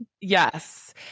Yes